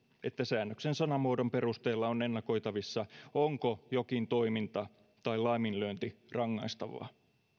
että säännöksen sanamuodon perusteella on ennakoitavissa onko jokin toiminta tai laiminlyönti rangaistavaa